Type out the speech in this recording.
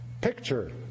picture